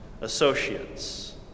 associates